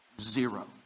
zero